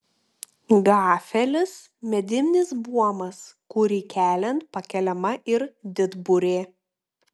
gafelis medinis buomas kurį keliant pakeliama ir didburė